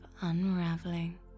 unraveling